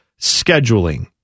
scheduling